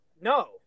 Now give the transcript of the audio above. no